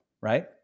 right